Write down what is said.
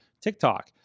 TikTok